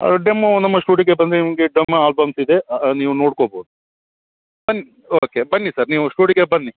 ಅದು ಡೆಮೋ ನಮ್ಮ ಸ್ಟೂಡಿಯೋಗೆ ಬಂದರೆ ನಿಮಗೆ ಡೆಮಾ ಆಲ್ಬಮ್ಸ್ ಇದೆ ನೀವು ನೋಡ್ಕೊಬೋದು ಬನ್ನಿ ಓಕೆ ಬನ್ನಿ ಸರ್ ನೀವು ಸ್ಟೂಡಿಯೋಗೆ ಬನ್ನಿ